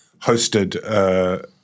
hosted